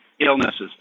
illnesses